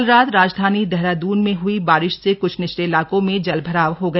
कल रात राजधानी देहरादून में हुई बारिश से कुछ निचले इलाकों में जलभराव हो गया